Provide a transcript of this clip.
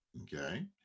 Okay